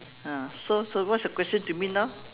ah so so what's your question to me now